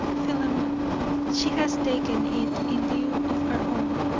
philemon, she has taken it in lieu of her own,